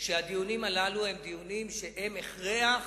שהדיונים הללו הם דיונים שהם הכרח.